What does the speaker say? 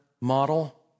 model